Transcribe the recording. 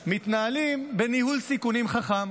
מתנהלים בניהול סיכונים חכם.